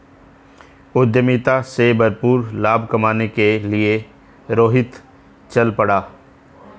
उद्यमिता से भरपूर लाभ कमाने के लिए रोहित चल पड़ा